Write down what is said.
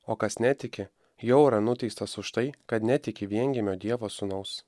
o kas netiki jau yra nuteistas už tai kad netiki viengimio dievo sūnaus